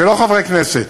זה לא חברי כנסת,